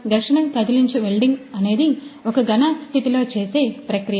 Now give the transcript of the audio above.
ఘర్షణ కదిలించు వెల్డింగ్ అనేది ఒక ఘన స్థితిలో చేసే ప్రక్రియ